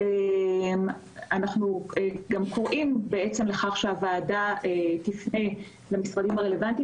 אנחנו קוראים לוועדה לפנות למשרדים הרלוונטיים